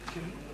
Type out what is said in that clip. זאב,